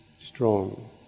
strong